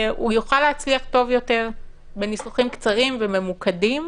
יוכל להצליח טוב יותר בניסוחים קצרים וממוקדים